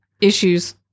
issues